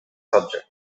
subject